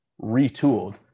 retooled